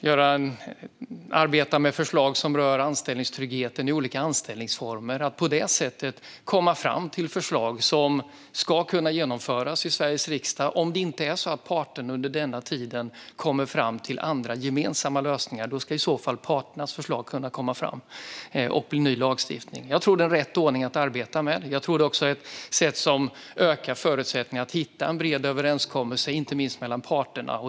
Utredningen ska också arbeta med förslag som rör anställningstryggheten i olika anställningsformer och på det sättet komma fram till förslag som ska kunna genomföras i Sveriges riksdag, om inte parterna under denna tid kommer fram till andra gemensamma lösningar. I så fall ska parternas förslag kunna bli ny lagstiftning. Jag tror att detta är rätt ordning att arbeta med. Jag tror också att det är ett sätt som ökar förutsättningarna att hitta en bred överenskommelse, inte minst mellan parterna.